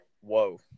whoa